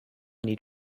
need